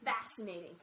fascinating